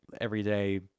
everyday